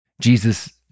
Jesus